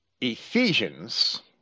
Ephesians